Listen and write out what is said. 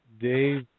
Dave